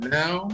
now